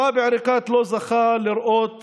סאיב עריקאת לא זכה לראות